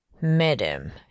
Madam